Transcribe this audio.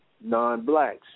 non-blacks